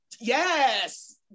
Yes